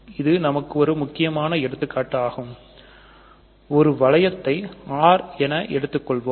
இது நமக்கு ஒரு முக்கியமான எடுத்துக்காட்டாகும் ஒரு வளையத்தை R எனக் குறிப்பிடுவோம்